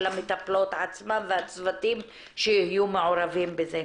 של המטפלות עצמן והצוותים שיהיו מעורבים בזה.